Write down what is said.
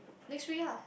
next week ah